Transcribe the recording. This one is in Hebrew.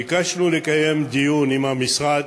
ביקשנו לקיים דיון עם המשרד